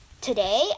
Today